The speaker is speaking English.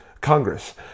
Congress